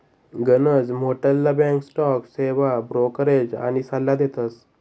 गनच मोठ्ठला bank stock सेवा ब्रोकरेज आनी सल्ला देतस